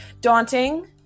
daunting